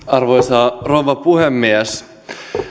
arvoisa rouva puhemies